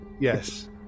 Yes